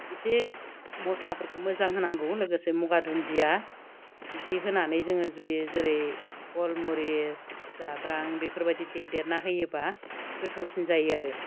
इसे मस्लाफोरखौ मोजां होनांगौ लोगोसे मगा दुनदिया बिदि होनानै जोङो जुदि जेरै गलमुरिस जाब्रां बेफोरबादि देदेरना होयोबा गोथावसिन जायो आरो